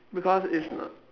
because it's not